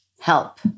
Help